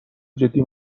جدی